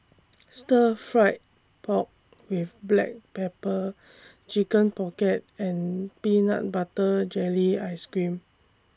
Stir Fried Pork with Black Pepper Chicken Pocket and Peanut Butter Jelly Ice Cream